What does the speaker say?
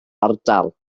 ardal